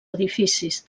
edificis